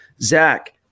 Zach